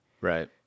right